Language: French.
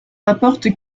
rapporte